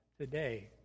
today